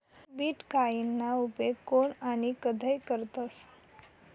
बीटकॉईनना उपेग कोन आणि कधय करतस